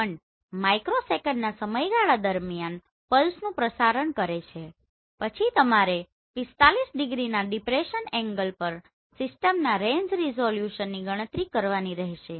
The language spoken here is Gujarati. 1 માઇક્રોસેકન્ડના સમયગાળા દરમિયાન પલ્સનું પ્રસારણ કરે છે પછી તમારે 45 ડિગ્રીના ડિપ્રેસન એંગલ પર સિસ્ટમના રેંજ રિઝોલ્યુશનની ગણતરી કરવાની રહેશે